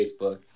Facebook